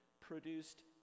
produced